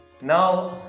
Now